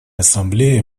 ассамблея